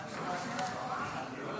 חבר הכנסת אריאל